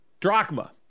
drachma